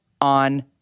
on